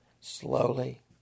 slowly